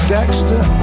Dexter